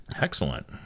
excellent